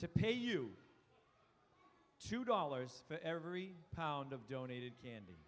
to pay you two dollars for every pound of donated candy